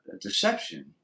deception